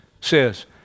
says